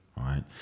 right